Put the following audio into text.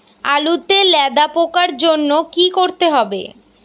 আলুতে লেদা পোকার জন্য কি করতে হবে?